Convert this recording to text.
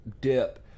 Dip